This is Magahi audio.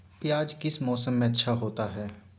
प्याज किस मौसम में अच्छा होता है?